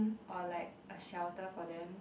or like a shelter for them